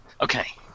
Okay